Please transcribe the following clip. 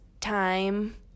time